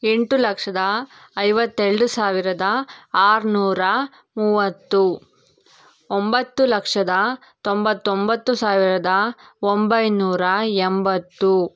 ಎಂಟು ಲಕ್ಷದ ಐವತ್ತೆರಡು ಸಾವಿರದ ಆರುನೂರಾ ಮೂವತ್ತು ಒಂಬತ್ತು ಲಕ್ಷದ ತೊಂಬತ್ತೊಂಬತ್ತು ಸಾವಿರದ ಒಂಬೈನೂರಾ ಎಂಬತ್ತು